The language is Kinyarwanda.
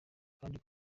kandi